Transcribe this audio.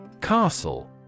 Castle